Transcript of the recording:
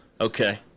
Okay